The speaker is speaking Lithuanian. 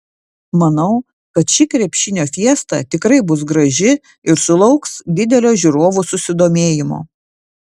manau kad ši krepšinio fiesta tikrai bus graži ir sulauks didelio žiūrovų susidomėjimo